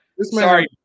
Sorry